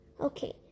Okay